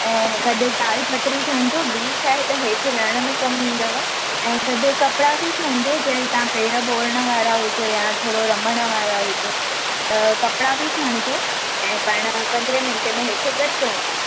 ऐं गॾ दालपत्री खणजो बि छाहे हेठि विहण में कम ईंदव ऐं गॾु कपिड़ा बि खणजो जे तव्हां पेर बोणनि वारा हुजो या थोरो रमणु वारा हुजो त कपिड़ा बि खणिजो ऐं पाणि पंदिरहें मिन्टे में हेठि गॾिजूं था